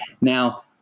Now